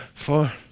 Four